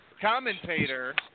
commentator